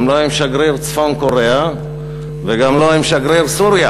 גם לא עם שגריר צפון-קוריאה וגם לא עם שגריר סוריה,